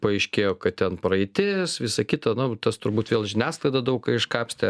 paaiškėjo kad ten praeitis visa kita nu tas turbūt vėl žiniasklaida daug ką iškapstė